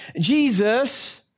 Jesus